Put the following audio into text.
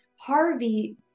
Harvey